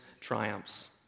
triumphs